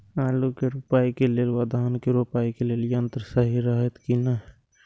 आलु के रोपाई के लेल व धान के रोपाई के लेल यन्त्र सहि रहैत कि ना?